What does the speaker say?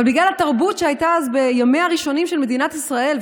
אבל בגלל התרבות שהייתה אז בימיה הראשונים של מדינת ישראל,